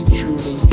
truly